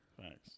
Thanks